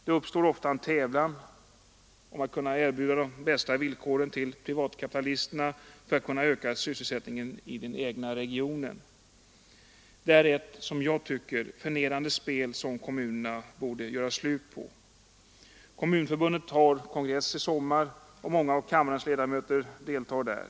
Det uppstår ofta en tävlan om att kunna erbjuda de bästa villkoren till privatkapitalisterna för att kunna öka sysselsättningen i den egna regionen. Det är ett, som jag tycker, förnedrande spel som kommunerna borde göra slut på. Kommunförbundet har ju kongress i sommar, och många av kammarens ledamöter deltar där.